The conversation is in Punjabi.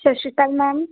ਸਤਿ ਸ਼੍ਰੀ ਅਕਾਲ ਮੈਮ